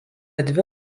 dvi